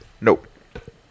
Nope